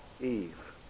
Eve